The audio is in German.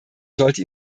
sollte